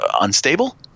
unstable